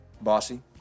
Bossy